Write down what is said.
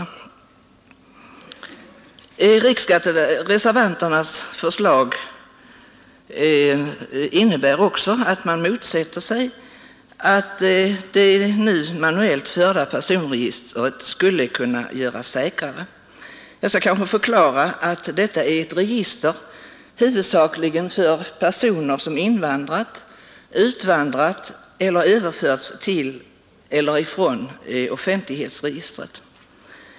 Reservanternas förslag innebär också att man motsätter sig att det nu manuellt förda personregistret skulle kunna göras säkrare. Jag skall kanske förklara att detta är ett register huvudsakligen över personer som invandrat, utvandrat eller överförts till eller ifrån obefintlighetsregister.